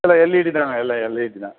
எல்லாம் எல்ஈடி தாங்க எல்லாம் எல்ஈடி தான்